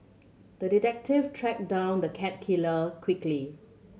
the detective tracked down the cat killer quickly